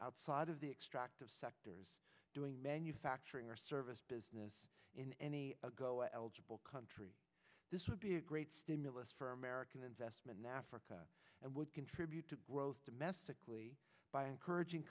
outside of the extract of sectors doing manufacturing or service business in any ago eligible country this would be a great stimulus for american investment in africa and would contribute to growth domestically by encouraging